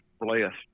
blessed